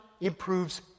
improves